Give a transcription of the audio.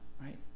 right